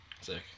sick